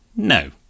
No